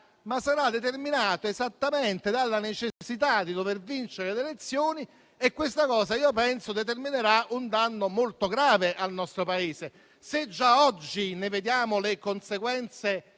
libera scelta, ma esattamente dalla necessità di dover vincere le elezioni, e questo penso determinerà un danno molto grave al nostro Paese. Se già oggi ne vediamo le conseguenze